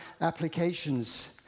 applications